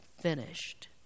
finished